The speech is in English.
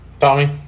Tommy